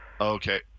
Okay